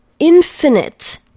infinite